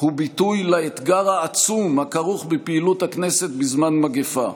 הוא ביטוי לאתגר העצום הכרוך בפעילות הכנסת בזמן מגפה.